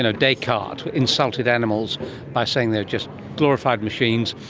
you know descartes insulted animals by saying they were just glorified machines,